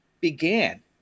began